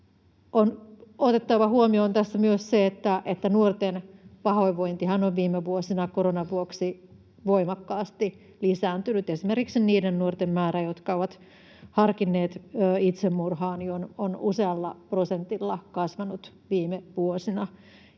On otettava huomioon tässä myös se, että nuorten pahoinvointihan on viime vuosina koronan vuoksi voimakkaasti lisääntynyt. Esimerkiksi niiden nuorten määrä, jotka ovat harkinneet itsemurhaa, on usealla prosentilla kasvanut viime vuosina,